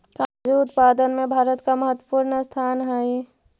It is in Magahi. काजू उत्पादन में भारत का महत्वपूर्ण स्थान हई